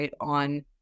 on